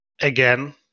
again